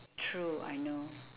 true I know